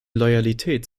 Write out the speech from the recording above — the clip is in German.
loyalität